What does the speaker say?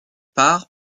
part